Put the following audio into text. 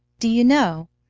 do you know,